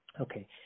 Okay